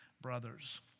brothers